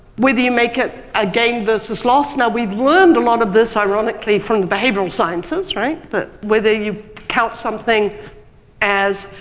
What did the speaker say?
whether you make it a gain versus loss now we've learned a lot of this ironically from behavioral sciences. but whether you count something as